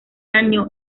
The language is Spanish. año